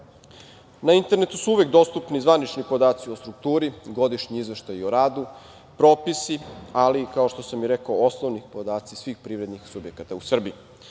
internetu su uvek dostupni zvanični podaci o strukturi, godišnji izveštaji o radu, propisi, ali, kao što sam rekao, i osnovni podaci svih privrednih subjekata u Srbiji.